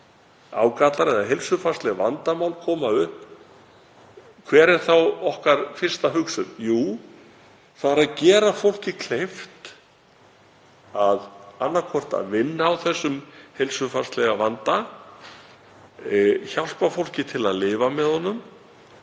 ágallar eða heilsufarsleg vandamál koma upp, hver er þá okkar fyrsta hugsun? Jú, það er að gera fólki kleift að annaðhvort vinna á þessum heilsufarslega vanda, hjálpa fólki til að lifa með honum,